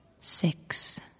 Six